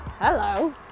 Hello